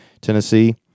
Tennessee